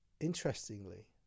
Interestingly